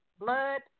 blood